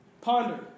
Ponder